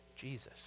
Jesus